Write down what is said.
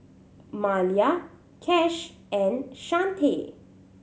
Malia Cash and Chante